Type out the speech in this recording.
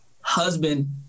husband